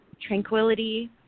tranquility